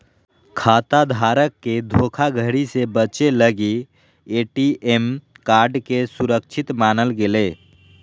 खाता धारक के धोखाधड़ी से बचे लगी ए.टी.एम कार्ड के सुरक्षित मानल गेलय